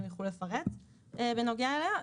שהם יוכלו לפרט בנוגע אליה,